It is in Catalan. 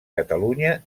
catalunya